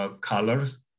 Colors